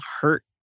hurt